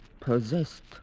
possessed